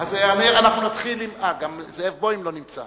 גם זאב בוים לא נמצא.